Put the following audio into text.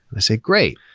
i say, great.